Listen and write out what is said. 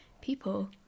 people